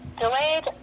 delayed